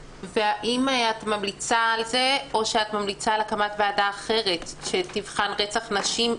והאם את ממליצה על זה או שאת ממליצה על הקמת וועדה אחרת שתבחן רצח נשים,